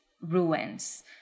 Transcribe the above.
ruins